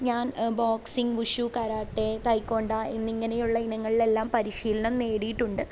ഞാൻ boxing wushu karate taekwondo എന്നിങ്ങനെയുള്ള ഇനങ്ങളിലെല്ലാം പരിശീലനം നേടിയിട്ടുണ്ട്